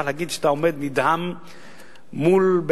אני מוכרח להגיד שאתה עומד נדהם מול,